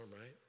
right